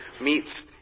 meets